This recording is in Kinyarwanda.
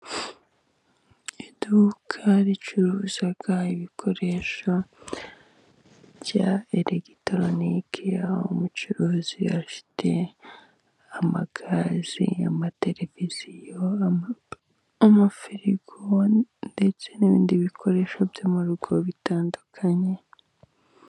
Iduka ricuruza ibikoresho bya elegitoroniki, umucuruzi afite amagaze, amateleviziyo, amafirigo ndetse n'ibindi bikoresho byo mu rugo bitandukanye.